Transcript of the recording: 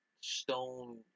stone